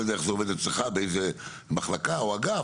לא יודע איך זה עובד אצלך במחלקה או אגף,